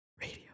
radio